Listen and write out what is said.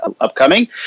upcoming